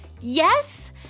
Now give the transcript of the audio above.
Yes